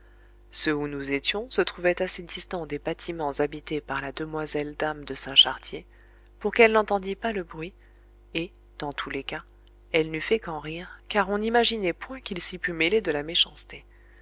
ceux où nous étions se trouvaient assez distants des bâtiments habités par la demoiselle dame de saint chartier pour qu'elle n'entendît pas le bruit et dans tous les cas elle n'eût fait qu'en rire car on n'imaginait point qu'il s'y pût mêler de la méchanceté